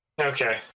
Okay